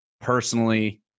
Personally